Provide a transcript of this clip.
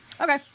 Okay